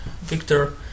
Victor